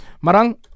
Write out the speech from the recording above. Marang